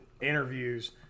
interviews